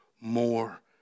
more